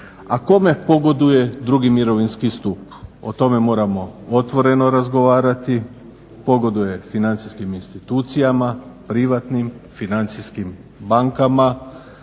A kome pogoduje drugi mirovinski stup? O tome moramo otvoreno razgovarati. Pogoduje financijskim institucijama, privatnim financijskim bankama